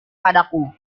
padaku